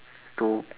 to